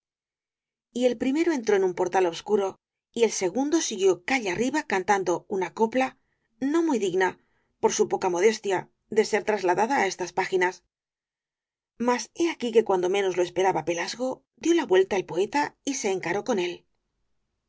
y el primero entró en un portal obscuro y el segundo siguió calle arriba cantando una copla no muy digna por su poca modestia de ser trasladada á estas páginas mas he aquí que cuando menos lo esperaba pelasgo dio la vuelta el poeta y se encaró con él